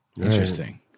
Interesting